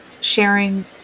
sharing